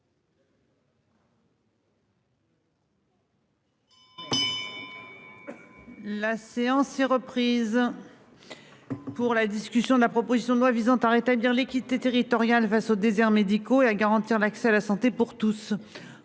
La séance est reprise. Pour la discussion de la proposition de loi visant à rétablir l'équité territoriale face aux déserts médicaux, et à garantir l'accès à la santé pour tous.